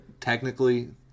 technically